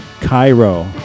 Cairo